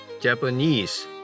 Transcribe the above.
Japanese